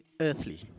earthly